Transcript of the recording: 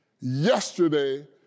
yesterday